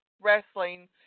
wrestling